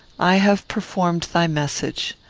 i have performed thy message.